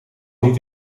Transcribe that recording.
niet